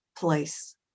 place